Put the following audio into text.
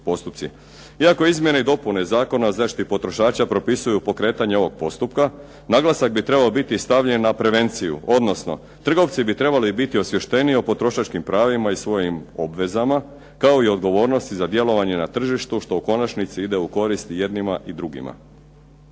Iako izmjene i dopune Zakona o zaštiti potrošača propisuju pokretanje ovog postupka, naglasak bi trebao biti stavljen na prevenciju, odnosno trgovci bi trebali biti osvješteniji o potrošačkim pravima i svojim obvezama kao i odgovornosti za djelovanje na tržištu, što u konačnici ide u korist i jednima i drugima.